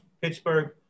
pittsburgh